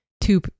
two